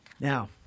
Now